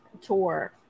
tour